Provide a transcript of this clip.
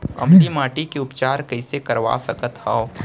अम्लीय माटी के उपचार कइसे करवा सकत हव?